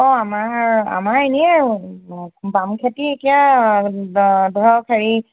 অঁ আমাৰ আমাৰ এনেই বাম খেতি এতিয়া ধৰক হেৰি